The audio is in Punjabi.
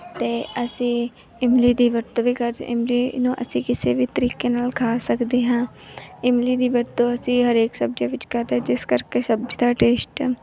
ਅਤੇ ਅਸੀਂ ਇਮਲੀ ਦੀ ਵਰਤੋਂ ਵੀ ਕਰ ਇਮਲੀ ਨੂੰ ਅਸੀਂ ਕਿਸੇ ਵੀ ਤਰੀਕੇ ਨਾਲ ਖਾ ਸਕਦੇ ਹਾਂ ਇਮਲੀ ਦੀ ਵਰਤੋਂ ਅਸੀਂ ਹਰੇਕ ਸਬਜ਼ੀਆਂ ਵਿੱਚ ਕਰਦੇ ਹਾਂ ਜਿਸ ਕਰਕੇ ਸਬਜ਼ੀ ਦਾ ਟੇਸਟ